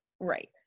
Right